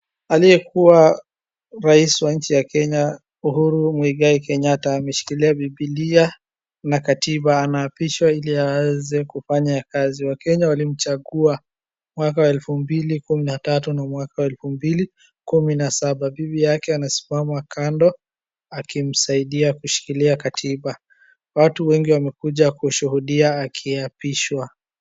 Aliyekuwa rais wa nchi ya Kenya Uhuru Muigai Kenyatta ameshikilia bibilia na katiba anaapishwa ili aweze kufanya kazi. Wakenya walimchagua mwaka wa elfu mbili kumi na tatu na mwaka wa elfu mbili kumi na saba. Bibi yake anasimama kando akimsaidia kushikilia katiba. Watu wengi wamekuja kushuhudia akiapishwa.